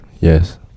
Yes